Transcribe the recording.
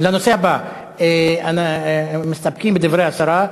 אנחנו מסתפקים בדברי השרה.